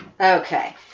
Okay